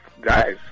guys